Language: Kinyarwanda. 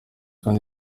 kandi